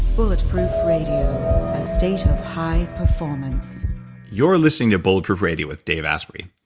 bulletproof radio, a state of high performance you're listening to bulletproof radio with dave asprey.